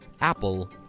apple